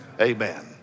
Amen